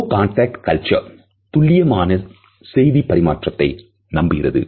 low contact culture துல்லியமான செய்தி பரிமாற்றத்தை நம்புகிறது